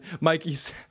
Mikey's